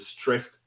stressed